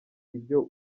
ibyo